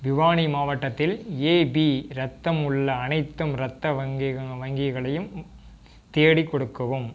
பிவானி மாவட்டத்தில் ஏபி ரத்தம் உள்ள அனைத்தும் ரத்த வங்கி வங்கிகளையும் தேடிக் கொடுக்கவும்